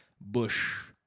Bush